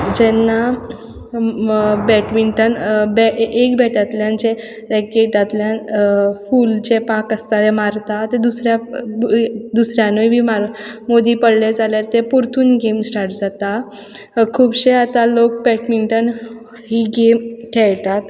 जेन्ना बॅटमिंटन एक बॅटांतल्यान जें रॅकेंटांतल्यान फूल जें पांक आसता तें मारतात तें दुसऱ्या दुसऱ्यानय बी मारप मदीं पडलें जाल्यार तें परतून गेम स्टार्ट जाता खुबशे आतां लोक बॅटमिंटन ही गेम खेयटात